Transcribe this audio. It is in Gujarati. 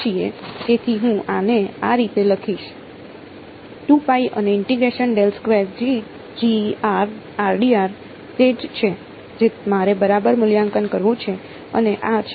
તેથી હું આને આ રીતે લખીશ અને તે જ છે જે મારે બરાબર મૂલ્યાંકન કરવું છે અને આ છે